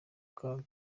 kaga